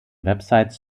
websites